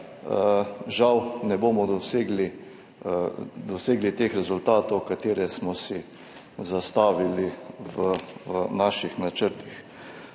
žal ne bomo dosegli teh rezultatov, ki smo si jih zastavili v naših načrtih.